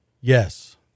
Yes